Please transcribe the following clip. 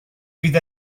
fydd